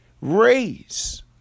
raise